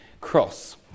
cross